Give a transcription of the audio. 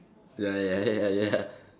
ya ya ya ya